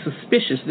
suspicious